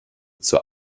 zur